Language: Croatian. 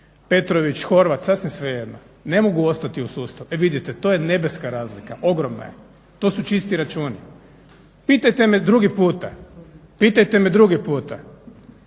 Petrović, Horvat, sasvim svejedno, ne mogu ostati u sustavu. E vidite, to je nebeska razlika, ogromna je, to su čisti računi. Pitajte me drugi puta koliko sam ljudi na